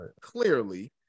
clearly